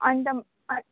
अन्त